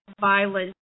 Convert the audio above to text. violence